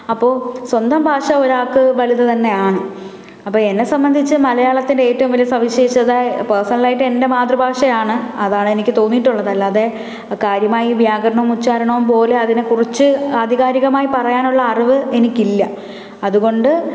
അപ്പോൾ സ്വന്തം ഭാഷ ഒരാൾക്ക് വലുത് തന്നെയാണ് അപ്പം എന്നെ സംബന്ധിച്ച് മലയാളത്തിൻ്റെ ഏറ്റവും വലിയ സവിശേഷത പേഴ്സണലായിട്ട് എൻ്റെ മാതൃഭാഷയാണ് അതാണെനിക്ക് തോന്നിയിട്ടുള്ളത് അല്ലാതെ കാര്യമായി വ്യാകരണവും ഉച്ഛാരണവും പോലെ അതിനെ കുറിച്ച് ആധികാരികമായി പറയാനുള്ള അറിവ് എനിക്കില്ല അതുകൊണ്ട്